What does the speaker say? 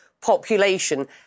population